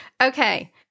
Okay